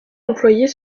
employées